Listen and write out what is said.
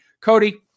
Cody